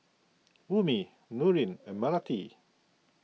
Ummi Nurin and Melati